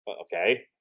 Okay